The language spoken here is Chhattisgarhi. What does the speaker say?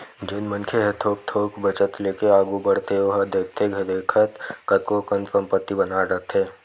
जउन मनखे ह थोक थोक बचत लेके आघू बड़थे ओहा देखथे देखत कतको कन संपत्ति बना डरथे